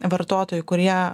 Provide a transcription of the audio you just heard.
vartotojų kurie